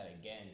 again